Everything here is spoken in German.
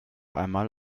einmal